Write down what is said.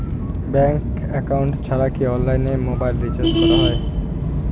Bank account ছাড়া কি অনলাইনে মোবাইল রিচার্জ করা যায়?